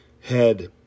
head